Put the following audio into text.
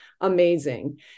amazing